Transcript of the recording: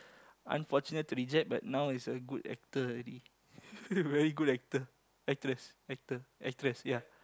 unfortunate to reject but now is a good actor already very good actor actress actor actress ya